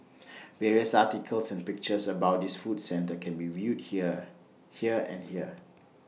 various articles and pictures about this food centre and can be viewed here here and here